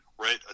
right